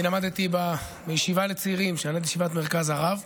אני למדתי בישיבה לצעירים, ישיבת מרכז הרב,